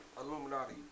Illuminati